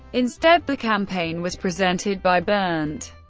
instead, the campaign was presented, by berndt,